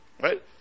Right